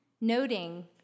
noting